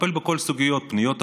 לטפל בכל סוגיות פניות הציבור,